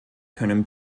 können